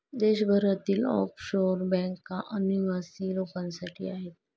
देशभरातील ऑफशोअर बँका अनिवासी लोकांसाठी आहेत